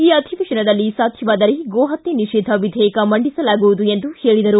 ಈ ಅಧಿವೇಶನದಲ್ಲಿ ಸಾಧ್ಯವಾದರೆ ಗೋ ಹತ್ಯೆ ನಿಷೇಧ ವಿಧೇಯಕ ಮಂಡಿಸಲಾಗುವುದು ಎಂದು ಹೇಳಿದರು